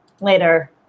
later